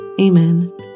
Amen